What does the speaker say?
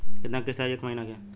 कितना किस्त आई एक महीना के?